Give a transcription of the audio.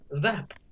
Zap